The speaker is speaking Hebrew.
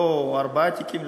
לא ארבעה תיקים,